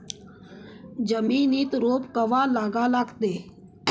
जमिनीत रोप कवा लागा लागते?